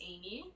Amy